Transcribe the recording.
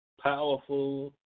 powerful